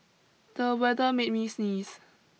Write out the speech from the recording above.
the weather made me sneeze